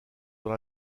dans